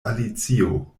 alicio